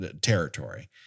territory